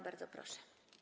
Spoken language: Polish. Bardzo proszę.